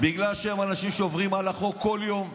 בגלל שהם אנשים שעוברים על החוק כל יום.